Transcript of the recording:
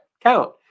count